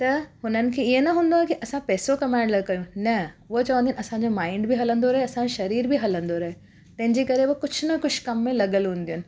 त हुननि खे हीअं न हूंदो आहे की असां पैसो कमायण लाइ कयूं न उहो चवंदी आहिनि असांजो माईंड बि हलंदो रहे असांजो शरीर बि हलंदो रहे तंहिंजे करे हूअ कुझु न कुझु कम में लॻल हूंदियूं आहिनि